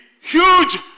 huge